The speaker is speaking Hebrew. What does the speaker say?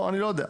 אני לא יודע.